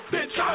Bitch